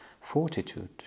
fortitude